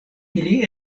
ili